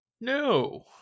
No